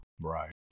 right